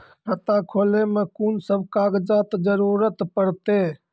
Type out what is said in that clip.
खाता खोलै मे कून सब कागजात जरूरत परतै?